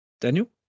Daniel